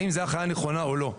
האם זה החיה הנכונה או לא,